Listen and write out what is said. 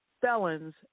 felons